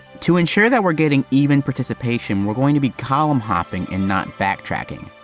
to ensure that we're getting even participation, we're going to be column hopping and not backtracking.